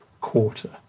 quarter